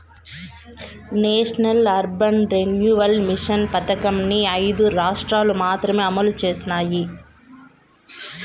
national urban renewal mission పథకంని ఐదు రాష్ట్రాలు మాత్రమే అమలు చేసినాయి